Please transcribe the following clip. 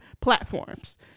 platforms